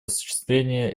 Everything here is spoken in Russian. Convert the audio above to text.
осуществления